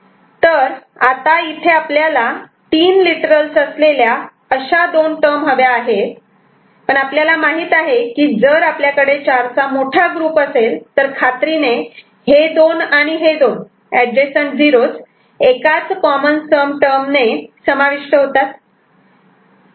तर आता इथे आपल्याला तीन लिटरल्स असलेल्या अशा दोन टर्म हव्या आहेत पण आपल्याला माहित आहे की जर आपल्याकडे चारचा मोठा ग्रुप असेल तर खात्रीने हे दोन आणि हे दोन एडजसंट 0's एकाच कॉमन सम टर्मणे समाविष्ट होतात